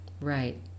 Right